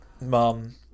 mom